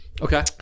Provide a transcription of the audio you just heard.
Okay